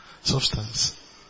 Substance